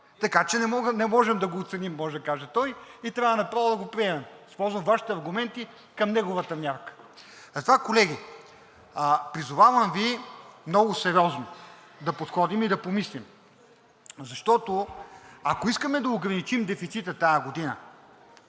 Така че не можем да го оценим, може да каже той, и трябва направо да го приемем. Използвам Вашите аргументи към неговата мярка. Затова, колеги, призовавам Ви много сериозно да подходим и да помислим, защото, ако искаме да ограничим дефицита тази година,